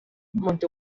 monte